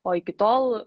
o iki tol